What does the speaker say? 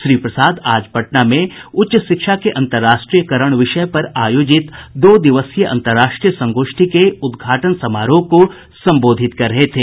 श्री प्रसाद आज पटना में उच्च शिक्षा के अंतर्राष्ट्रीयकरण विषय पर आयोजित दो दिवसीय अंतर्राष्ट्रीय संगोष्ठी के उद्घाटन समारोह को संबोधित कर रहे थे